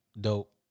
dope